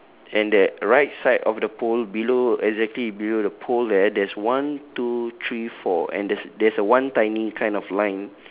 and that right side of the pole below exactly below the pole there there's one two three four and there's there's a one tiny kind of line